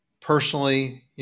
personally